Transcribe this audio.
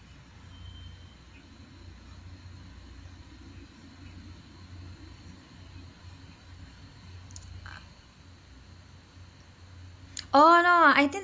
oh no I think